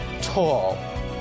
tall